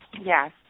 Yes